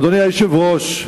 אדוני היושב-ראש,